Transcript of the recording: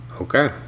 Okay